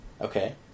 Okay